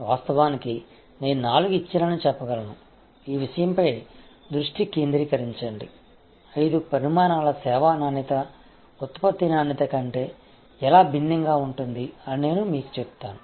వాస్తవానికి నేను నాలుగు ఇచ్చానని చెప్పగలను ఈ విషయంపై దృష్టి కేంద్రీకరించండి ఐదు పరిమాణాల సేవా నాణ్యత ఉత్పత్తి నాణ్యత కంటే ఎలా భిన్నంగా ఉంటుంది అని నేను మీకు చెప్తాను